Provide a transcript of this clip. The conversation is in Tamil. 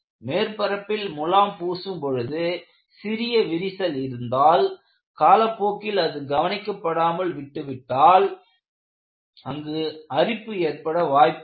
மேற்பரப்பில் முலாம் பூசும் பொழுது சிறிய விரிசல் இருந்தால் காலப்போக்கில் அது கவனிக்கப்படாமல் விட்டு விட்டால் அங்கு அரிப்பு ஏற்பட வாய்ப்புள்ளது